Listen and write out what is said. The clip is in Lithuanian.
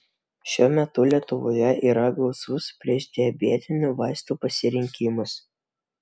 šiuo metu lietuvoje yra gausus priešdiabetinių vaistų pasirinkimas